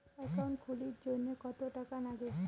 Account খুলির জন্যে কত টাকা নাগে?